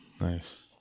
nice